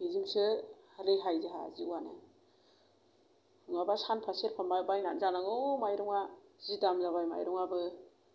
बेजोंसो रेहाय जोंहा जिउआनो नङाब्ला सानफा सेरफा बायनानै जानांगौ माइरंआ जि दाम जाबाय माइरंआबो